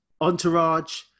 Entourage